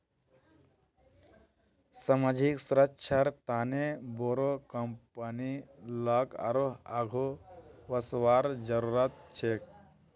सामाजिक सुरक्षार तने बोरो कंपनी लाक आरोह आघु वसवार जरूरत छेक